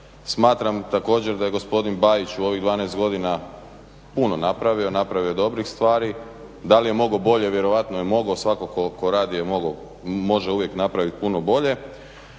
Smatram također da je gospodin Bajić u ovih 12 godina puno napravio, napravio je dobrih stvari. Da li je mogao bolje? Vjerojatno je mogao, svatko tko je radio je mogao, može uvijek napraviti puno bolje.